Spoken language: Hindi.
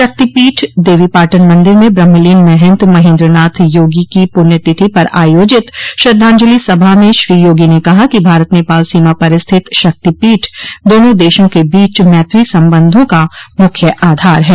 शक्ति पीठ देवो पाटन मन्दिर में ब्रह्मलीन महंत महेन्द्रनाथ योगी की पुण्य तिथि पर आयोजित श्रद्धांजलि सभा में श्री योगी ने कहा कि भारत नेपाल सीमा पर स्थित शक्तिपीठ दोनों देशों के बीच मैत्री संबंधों का मुख्य आधार है